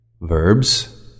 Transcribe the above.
verbs